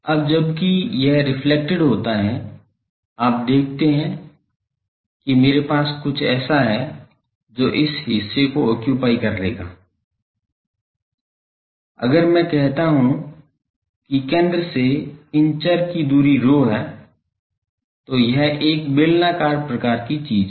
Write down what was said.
अब जबकि यह रेफ्लेक्टेड होता है आप देखते हैं कि मेरे पास कुछ ऐसा है जो इस हिस्से को ऑक्युपाइ कर लेगा अगर मैं कहता हूं कि केंद्र से इन चर की दूरी ρ है तो यह एक बेलनाकार प्रकार की चीज है